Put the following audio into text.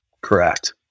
Correct